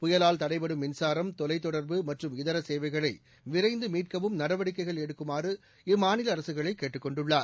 புயலால் தடைப்படும் மின்சாரம் தொலைதொடர்பு மற்றும் இதர சேவைகளை விரைந்து மீட்கவும் நடவடிக்கைகள் எடுக்குமாறு இம்மாநில அரசுகளை கேட்டுக்கொண்டுள்ளார்